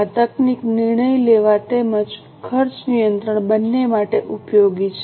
આ તકનીક નિર્ણય લેવા તેમજ ખર્ચ નિયંત્રણ બંને માટે ઉપયોગી છે